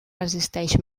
resisteix